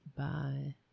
bye